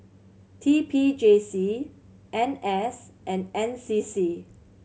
T P J C N S and N C C